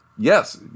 Yes